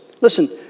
Listen